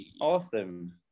Awesome